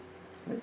right